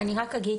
אני רק אגיד